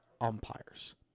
umpires